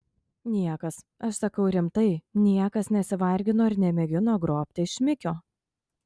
niekas aš sakau rimtai niekas nesivargino ir nemėgino grobti iš šmikio